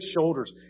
shoulders